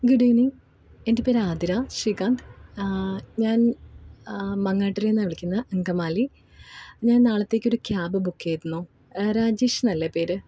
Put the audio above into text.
good evening എന്റെ പേര് ആതിര ശ്രീകാന്ത് ഞാന് മങ്ങാട്ടുകരയിൽനിന്നാണ് വിളിക്കുന്നത് അങ്കമാലി ഞാന് നാളത്തേക്ക് ഒരു ക്യാബ് ബുക്ക് ചെയ്തിരുന്നു രാജേഷ് എന്നല്ലേ പേര്